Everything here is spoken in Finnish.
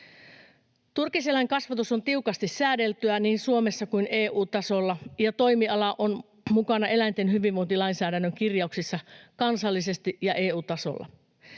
Turkiseläinkasvatus on tiukasti säädeltyä niin Suomessa kuin EU-tasolla, ja toimiala on mukana eläinten hyvinvointilainsäädännön kirjauksissa kansallisesti ja EU-tasolla.